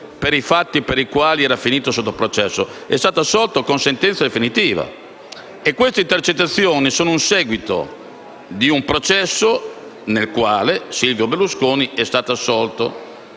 per i fatti per i quali era finito sotto processo, con sentenza definitiva, e queste intercettazioni sono il seguito di un processo nel quale Silvio Berlusconi è stato assolto.